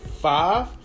five